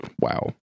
Wow